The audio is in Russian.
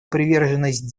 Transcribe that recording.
приверженность